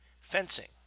fencing